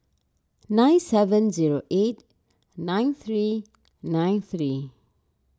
nine seven zero eight nine three nine three